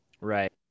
Right